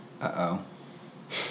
Uh-oh